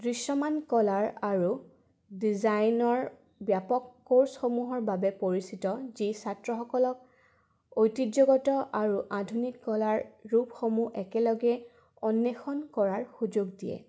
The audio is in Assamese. দৃশ্যমান কলাৰ আৰু ডিজাইনৰ ব্যাপক কৰ্ছসমূহৰ বাবে পৰিচিত যি ছাত্ৰসকলক ঐতিহ্যগত আৰু আধুনিক কলাৰ ৰূপসমূহ একেলগে অন্বেষণ কৰাৰ সুযোগ দিয়ে